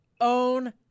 own